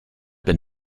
been